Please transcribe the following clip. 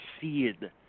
seed